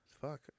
Fuck